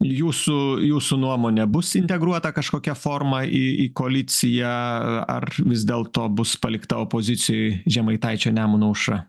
jūsų jūsų nuomone bus integruota kažkokia forma į į koaliciją ar vis dėlto bus palikta opozicijoj žemaitaičio nemuno aušra